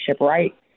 right